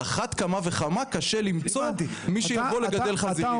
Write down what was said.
אחת כמה וכמה קשה למצוא מי שיבוא לגדל חזירים.